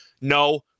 No